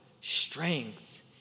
strength